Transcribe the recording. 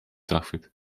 zachwyt